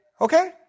okay